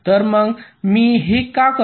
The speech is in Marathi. तर मग मी हे का करतो